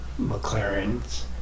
McLaren's